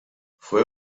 fue